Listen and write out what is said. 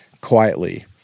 quietly